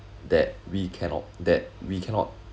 that we cannot that we cannot